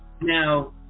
Now